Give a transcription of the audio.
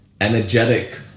energetic